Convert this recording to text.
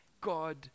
God